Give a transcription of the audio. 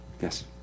Yes